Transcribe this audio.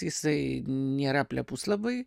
jisai nėra plepus labai